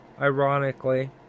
ironically